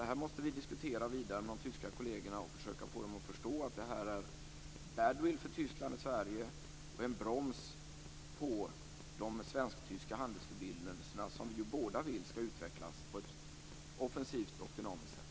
Det här måste vi alltså diskutera vidare med de tyska kollegerna. Vi måste försöka få dem att förstå att det här innebär badwill för Tyskland i Sverige och att det är en broms för de svensk-tyska handelsförbindelserna, som vi ju båda vill skall utvecklas på ett offensivt och dynamiskt sätt.